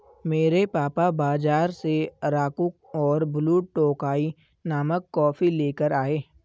मेरे पापा बाजार से अराकु और ब्लू टोकाई नामक कॉफी लेकर आए